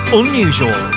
unusual